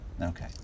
Okay